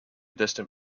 distant